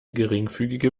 geringfügige